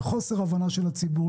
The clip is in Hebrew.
לחוסר הבנה של הציבור,